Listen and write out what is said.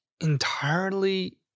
entirely